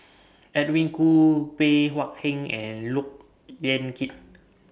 Edwin Koo Bey Hua Heng and Look Yan Kit